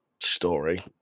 story